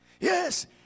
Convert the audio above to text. Yes